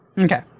Okay